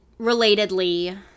relatedly